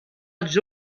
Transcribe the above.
els